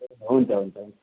हुन्छ हुन्छ हुन्छ